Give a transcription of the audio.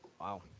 Wow